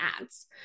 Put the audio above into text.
ads